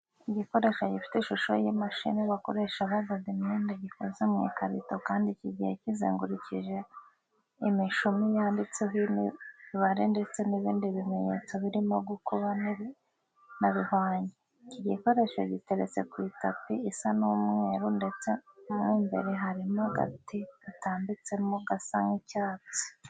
Igikoresho gifite ishusho y'imashini bakoresha badoda imyenda gikoze mu ikarito kandi kigiye kizengurukijeho imishumi yanditseho imibare ndetse n'ibindi bimenyetso birimo gukuba na bihwanye. Iki gikoresho giteretse kuri tapi isa nk'umweru ndetse mo imbere harimo agati gatambitsemo gasa nk'icyatsi.